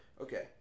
Okay